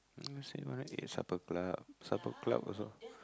you say you wanna eat Supper Club Supper Club also